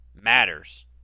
matters